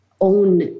own